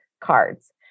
cards